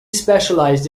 specialized